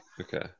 Okay